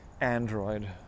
Android